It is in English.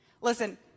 Listen